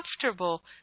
comfortable